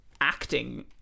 acting